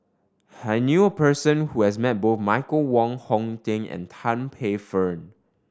I knew a person who has met both Michael Wong Hong Teng and Tan Paey Fern